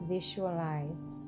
Visualize